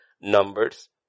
Numbers